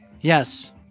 Yes